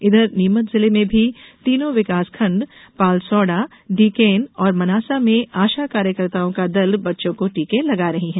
उधर नीमच जिले में भी तीनो विकासखण्ड पालसोड़ा डीकेन और मनासा में आशा कार्यकर्ताओं का दल बच्चों को टीके लगा रही हैं